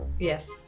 Yes